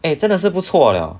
eh 真的是不错 liao